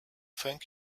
thank